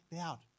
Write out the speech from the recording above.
out